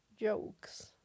jokes